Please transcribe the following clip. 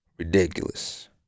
Ridiculous